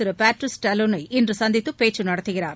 திரு Patrice டாலோனை இன்று சந்தித்து பேச்சு நடத்துகிறார்